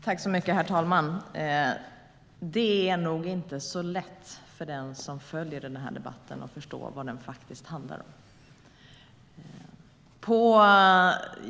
Herr talman! Det är nog inte så lätt för den som följer debatten att förstå vad den faktiskt handlar om.